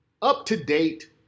up-to-date